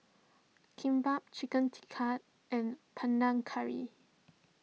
Kimbap Chicken Tikka and Panang Curry